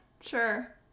Sure